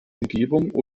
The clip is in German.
umgebung